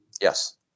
Yes